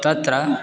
तत्र